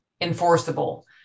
enforceable